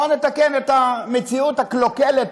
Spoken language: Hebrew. בואו נתקן את המציאות הקלוקלת,